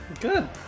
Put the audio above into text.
Good